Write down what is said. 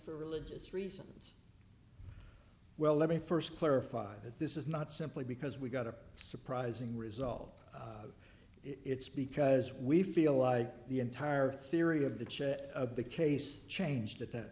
for religious reasons well let me first clarify that this is not simply because we got a surprising result it's because we feel like the entire theory of the chair of the case changed that